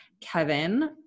Kevin